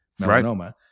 melanoma